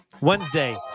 Wednesday